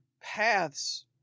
paths